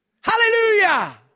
Hallelujah